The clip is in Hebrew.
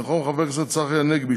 במקום חבר הכנסת צחי הנגבי,